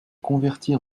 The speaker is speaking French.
convertis